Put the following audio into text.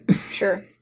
Sure